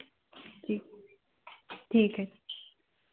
जी ठीक है